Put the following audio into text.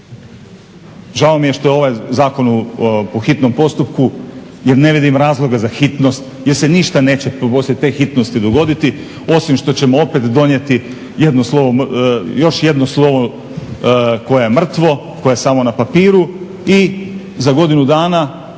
žao mi je što je ovaj zakon po hitnom postupku jer ne vidim razlog za hitnost, jer se ništa neće poslije te hitnosti dogoditi osim što ćemo opet donijeti još jedno slovo koje je mrtvo, koje je samo na papiru i za godinu dana